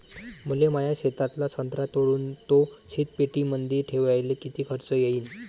मले माया शेतातला संत्रा तोडून तो शीतपेटीमंदी ठेवायले किती खर्च येईन?